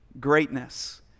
greatness